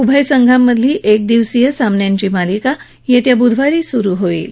उभय संघांमधली एकदिवसीय सामन्यांची मालिका येत्या ब्धवारी सुरु होईल